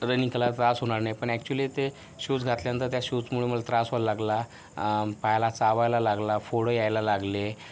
running करायला त्रास होणार नाही पण ॲक्च्युली ते शूज घातल्यानंतर त्या शूचमुळे मला त्रास व्हायला लागला पायाला चावायला लागला फोड यायला लागले